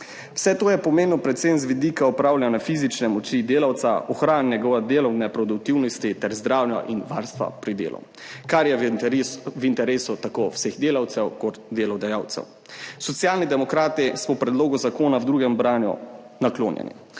Vse to je pomembno predvsem z vidika upravljanja fizične moči delavca, ohranjanja njegove delovne produktivnosti ter zdravja in varstva pri delu, kar je v interesu tako vseh delavcev kot delodajalcev. Socialni demokrati smo predlogu zakona v drugem branju naklonjeni,